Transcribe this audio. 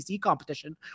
competition